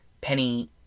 Penny